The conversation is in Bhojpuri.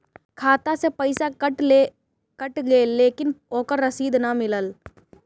खाता से पइसा कट गेलऽ लेकिन ओकर रशिद न मिलल?